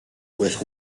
with